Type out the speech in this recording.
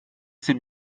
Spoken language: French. c’est